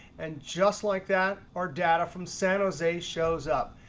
and just like that, our data from san jose shows up.